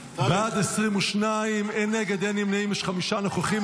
בעד, 22, אין נגד, אין נמנעים, יש חמישה נוכחים.